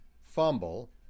fumble